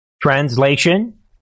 Translation